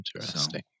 interesting